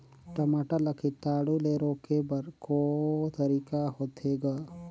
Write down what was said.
टमाटर ला कीटाणु ले रोके बर को तरीका होथे ग?